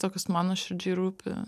to kas man nuoširdžiai rūpi